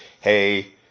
hey